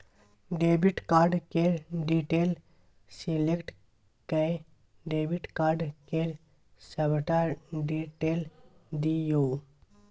debit card केर detail select कए debit card केर सबटा डिटेल दियौ